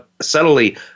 subtly